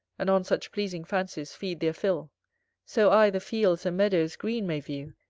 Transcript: and on such pleasing fancies feed their fill so i the fields and meadows green may view,